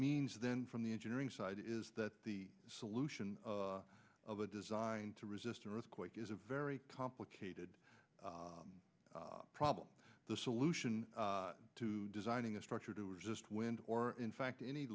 means then from the engineering side is that the solution of a design to resist an earthquake is a very complicated problem the solution to designing a structure to resist wind or in fact any